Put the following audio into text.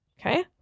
Okay